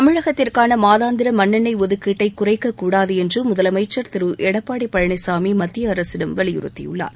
தமிழகத்திற்கான மாதாந்திர மண்ணெண்ணெய் ஒதுக்கீட்டை குறைக்கக் கூடாது என்று முதலமைச்சா் திரு எடப்பாடி பழனிசாமி மத்திய அரசிடம் வலியுறுத்தியுள்ளார்